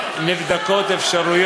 מה?